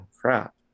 crap